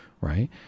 Right